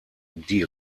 die